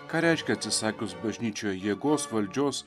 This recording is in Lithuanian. ką reiškia atsisakius bažnyčioje jėgos valdžios